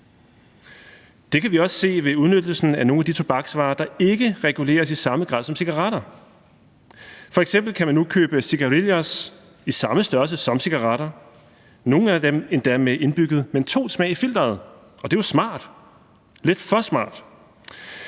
Det kan vi også se ved udnyttelsen af nogle af de tobaksvarer, der ikke reguleres i samme grad som cigaretter. F.eks. kan man nu købe cigarillos i samme størrelse som cigaretter – nogle af dem endda med indbygget mentolsmag i filteret. Og det er jo smart – lidt for smart.